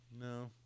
No